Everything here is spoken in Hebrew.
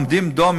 עומדים דום,